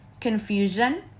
Confusion